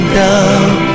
down